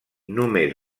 només